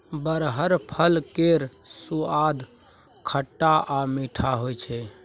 बरहर फल केर सुआद खट्टा आ मीठ होइ छै